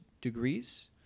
degrees